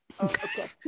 Okay